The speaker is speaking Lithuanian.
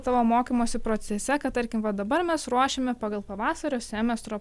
tavo mokymosi procese kad tarkim va dabar mes ruošiame pagal pavasario semestro